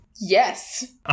Yes